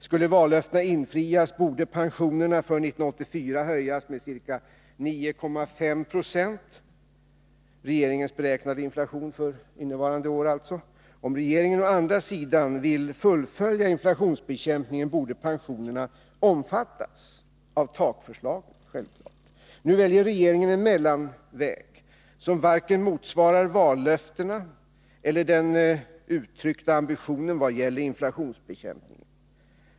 Skulle vallöftena infrias borde pensionerna för 1984 höjas med ca 9,5 20, dvs. den av regeringen beräknade inflationen för innevarande år. Om regeringen å andra sidan vill fullfölja inflationsbekämpningen borde pensionerna självfallet omfattas av ”takförslaget”. Nu väljer regeringen en mellanväg, som varken motsvarar vallöftena eller den uttryckta ambitionen vad gäller inflationsbekämpningen.